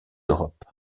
d’europe